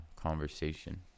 conversation